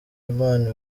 imana